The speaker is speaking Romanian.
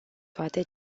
toate